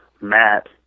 Matt